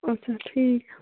اَچھا ٹھیٖک